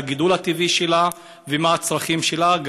את הגידול הטבעי שלה ואת הצרכים שלה,